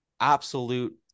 absolute